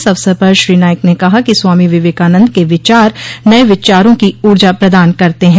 इस अवसर पर श्री नाईक ने कहा कि स्वामो विवेकानन्द के विचार नये विचारों को ऊर्जा प्रदान करते हैं